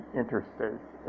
interstates